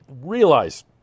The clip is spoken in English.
realize